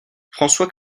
françois